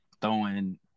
throwing